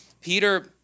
Peter